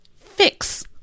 fix